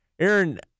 Aaron